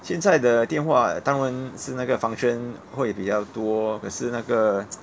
现在的电话当然是那个 function 会比较多可是那个